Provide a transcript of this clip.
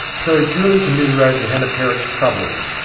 so he duly commiserated hannah perrott's troubles,